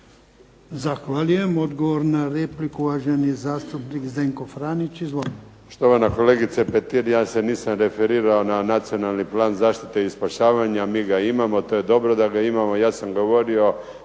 Zahvaljujem. Odgovor na repliku, uvaženi zastupnik Zdenko Franić. Izvolite. **Franić, Zdenko (SDP)** Štovana kolegice Petir, ja se nisam referirao na Nacionalni plan zaštite i spašavanja. Mi ga imamo, to je dobro da ga imamo. Ja sam govorio